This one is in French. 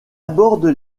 abordent